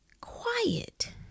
quiet